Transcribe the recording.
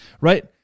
right